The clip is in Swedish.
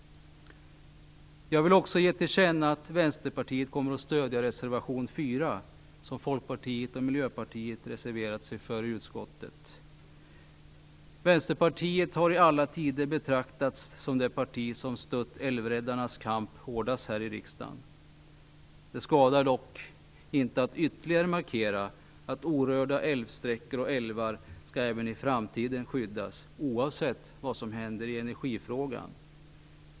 Jag vill också ge till känna att Vänsterpartiet kommer att stödja reservation 4, som Folkpartiet och Vänsterpartiet har i alla tider betraktats som det parti som stött älvräddarnas kamp hårdast här i riksdagen. Det skadar dock inte att ytterligare markera att orörda älvsträckor och älvar även i framtiden skall skyddas, oavsett vad som händer i energifrågan.